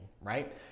right